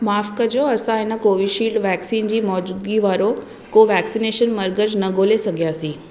माफ़ु कजो असां हिन कोवीशील्ड वैक्सीन जी मौजूदगी वारो को वैक्सनेशन मर्कज़ न ॻोल्हे सघियासी